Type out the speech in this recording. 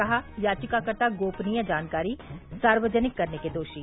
कहा याचिकाकर्ता गोपनीय जानकारी सार्वजनिक करने के दोषी